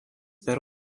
per